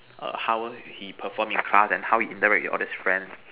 err how he perform in class and how he interact with all his friends